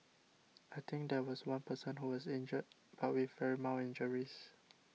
I think there was one person who was injured but with very mild injuries